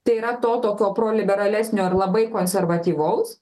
tai yra to tokio proliberalesnio ir labai konservatyvaus